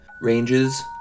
ranges